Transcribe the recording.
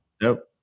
Nope